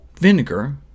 Vinegar